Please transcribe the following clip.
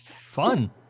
Fun